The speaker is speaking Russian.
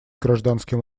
гражданским